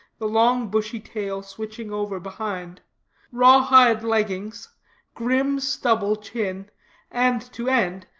the long bushy tail switching over behind raw-hide leggings grim stubble chin and to end,